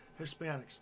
Hispanics